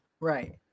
Right